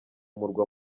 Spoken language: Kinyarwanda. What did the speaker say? murwa